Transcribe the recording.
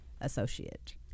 associate